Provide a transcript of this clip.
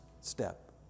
step